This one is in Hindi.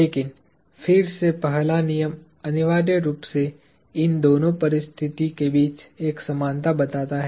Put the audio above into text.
लेकिन फिर से पहला नियम अनिवार्य रूप से इन दोनों परिस्थिति के बीच एक समानता बनाता है